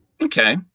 Okay